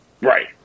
Right